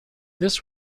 this